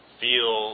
feel